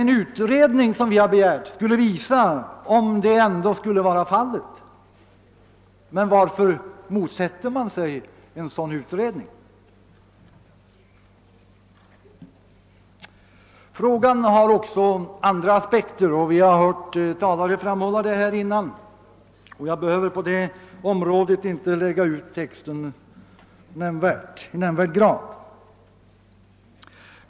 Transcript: Den utredning som vi har begärt skulle visa om det ändå skulle vara fallet. Men varför motsätter man sig då en sådan utredning? Frågan har också andra aspekter, som vi har hört av föregående talare, och jag behöver på det området inte lägga ut texten i nämnvärd grad.